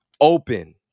open